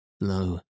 low